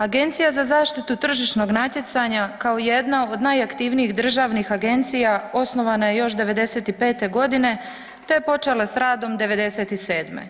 Agencija za zaštitu tržišnog natjecanja kao jedna od najaktivnijih državnih agencija osnovana je još 95. godine te je počela s radom 97.